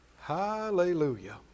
Hallelujah